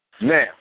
now